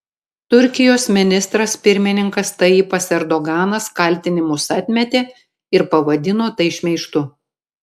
turkijos ministras pirmininkas tayyipas erdoganas kaltinimus atmetė ir pavadino tai šmeižtu